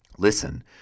Listen